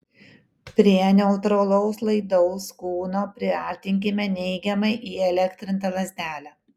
prie neutralaus laidaus kūno priartinkime neigiamai įelektrintą lazdelę